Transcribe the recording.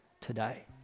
today